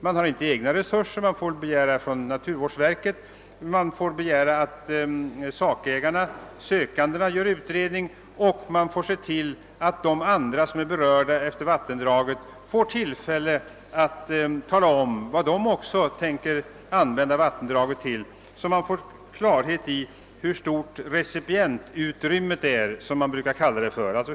Det finns inte egna resurser för ändamålet, utan naturvårdsverket måste begära att sökandena gör en utredning. Naturvårdsverket måste se till att andra som bör efter vattendraget och som berörs får tillfälle att tala om hur de tänker utnyttja vattendraget så att man får klart för sig hur stort recipientutrymmet — som: det brukar kallas — är.